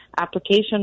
application